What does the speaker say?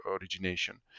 origination